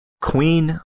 Queen